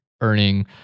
earning